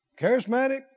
Charismatic